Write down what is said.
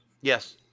Yes